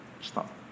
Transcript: Stop